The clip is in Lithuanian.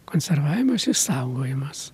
konservavimas išsaugojimas